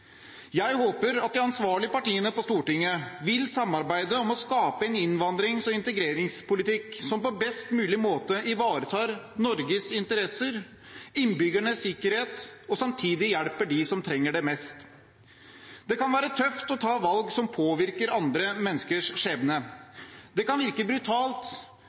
Jeg håper at de ansvarlige partiene på Stortinget vil samarbeide om å skape en innvandrings- og integreringspolitikk som på best mulig måte ivaretar Norges interesser og innbyggernes sikkerhet, og samtidig hjelper dem som trenger det mest. Det kan være tøft å ta valg som påvirker andre menneskers skjebne. Det kan virke brutalt